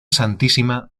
santísima